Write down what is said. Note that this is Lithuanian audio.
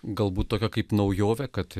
galbūt tokia kaip naujovė kad